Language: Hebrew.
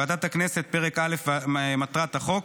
ועדת הכנסת: (1) פרק א' מטרת החוק,